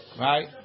right